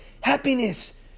Happiness